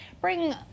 bring